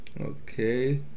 okay